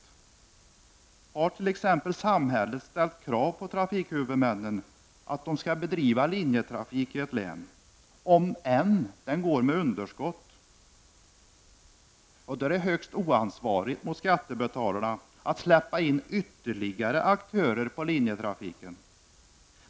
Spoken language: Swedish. Om samhället t.ex. har ställt krav på trafikhuvudmännen att de skall bedriva linjetrafik i ett län, även om den går med underskott, är det högst oansvarigt mot skattebetalarna att släppa in ytterligare aktörer på linjetrafiken.